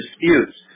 disputes